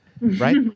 Right